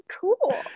cool